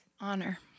Honor